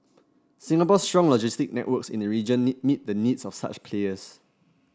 Singapore's strong logistic networks in the region need meet the needs of such players